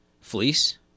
fleece